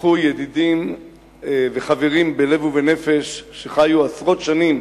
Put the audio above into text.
הפכו ידידים וחברים בלב ובנפש שחיו עשרות שנים